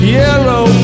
yellow